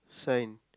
sign